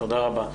תודה רבה.